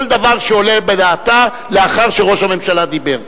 דבר שעולה בדעתה לאחר שראש הממשלה דיבר,